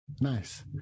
Nice